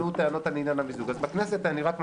פשוט עלו טענות על עניין המיזוג, אז אני רק מעדכן.